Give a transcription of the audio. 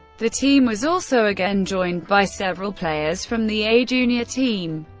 the team was also again joined by several players from the a-junior team,